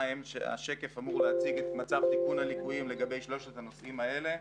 השקף אמור להציג את מצב תיקון הליקויים לגבי שלושת הנושאים האלה.